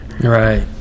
Right